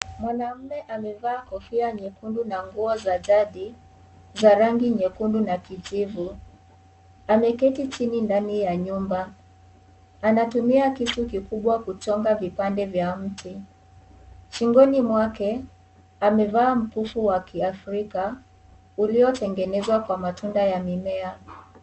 Mwanamme amevaa kofia nyekundu na nguo za jadi za rangi nyekundu na kijivu. Ameketi chini ndani ya nyumba. Anatumia kisu kikubwa kuchonga vipande vya mti. Shingoni mwake, amevaa mkufu wa Kiafrika uliotengenezwa kwa matunda ya mimea.